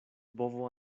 bovo